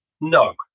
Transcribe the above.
No